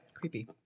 Creepy